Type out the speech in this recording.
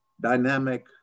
dynamic